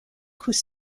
coups